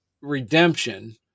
redemption